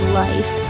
life